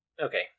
Okay